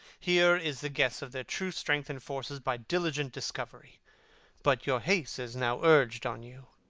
here is the guess of their true strength and forces by diligent discovery but your haste is now urg'd on you.